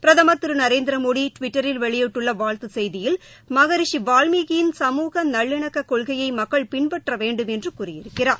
பிரதமர் திருநரேந்திரமோடிடிவிட்டரில் வெளியிட்டுள்ளவாழ்த்துசெய்தியில் மகரிஷிவால்மீகியின் கமுகநல்லிணக்கக் கொள்கையைமக்கள் பின்பற்றவேண்டும் என்றுகூறியிருக்கிறார்